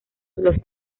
los